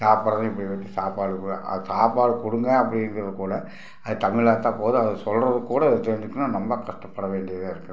சாப்பாடும் இப்படி வச்சு சாப்பாடு கொடு அது சாப்பாடு கொடுங்க அப்படிங்குறதுக்கு கூட அது தமிழாத்தா போதும் அது சொல்லுறதுக்கு கூட அது தெரிஞ்சிக்கலைனா ரொம்ப கஷ்டப்பட வேண்டியதாக இருக்கிறது